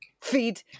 feed